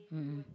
mmhmm